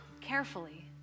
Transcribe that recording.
carefully